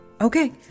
okay